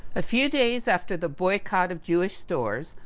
a few days after the boycott of jewish stores,